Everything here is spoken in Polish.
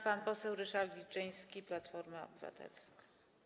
Pan poseł Ryszard Wilczyński, Platforma Obywatelska.